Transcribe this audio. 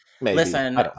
Listen